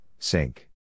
Sink